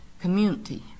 community